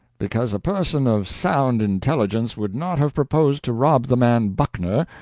because a person of sound intelligence would not have proposed to rob the man buckner,